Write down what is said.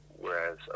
Whereas